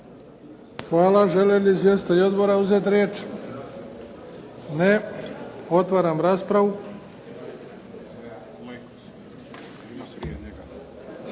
Hvala. Želi li izvjestitelji odbora uzeti riječ? Ne. Otvaram raspravu.